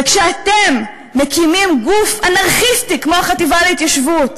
וכשאתם מקימים גוף אנרכיסטי כמו החטיבה להתיישבות,